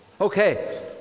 Okay